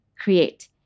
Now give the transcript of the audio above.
create